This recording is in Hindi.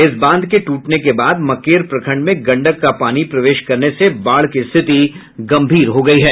इस बांध के ट्रटने के बाद मकेर प्रखंड में गंडक का पानी प्रवेश करने से बाढ़ की स्थिति गंभीर हो गयी है